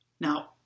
Now